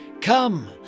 Come